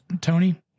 Tony